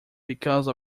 because